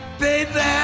baby